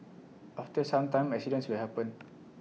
after some time accidents will happen